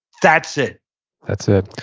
that's it that's ah